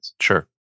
Sure